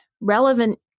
relevant